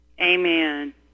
Amen